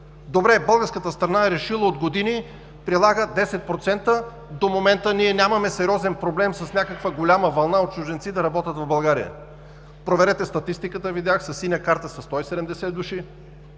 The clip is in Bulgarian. Добре, българската страна е решила от години – прилага 10%. До момента ние нямаме сериозен проблем с някаква голяма вълна от чужденци да работят в България. Проверете статистиката: видях, със синя карта са 170 души,